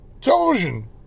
television